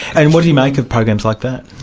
and what do you make of programs like that?